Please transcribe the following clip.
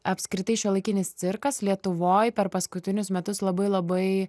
apskritai šiuolaikinis cirkas lietuvoj per paskutinius metus labai labai